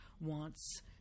wants